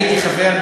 מעניין מה הצבעת.